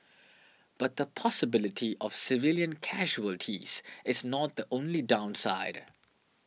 but the possibility of civilian casualties is not the only downside